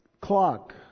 clock